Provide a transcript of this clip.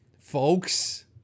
folks